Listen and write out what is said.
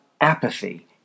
apathy